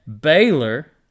Baylor